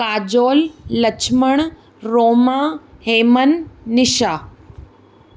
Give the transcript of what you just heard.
Kajol Lachhman Roma Heman Nisha